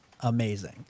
amazing